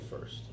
first